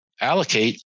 allocate